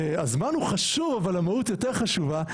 הזמן הוא חשוב, אבל המהות יותר חשובה.